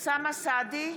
אוסאמה סעדי,